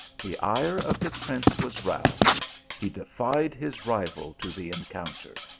the ire of the prince was roused he defied his rival to the encounter.